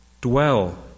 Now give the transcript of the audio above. dwell